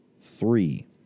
Three